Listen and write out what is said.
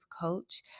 coach